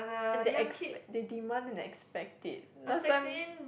and they expect they demand and expect it last time